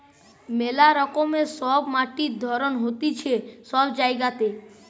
মেলা রকমের সব মাটির ধরণ হতিছে সব জায়গাতে